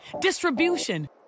distribution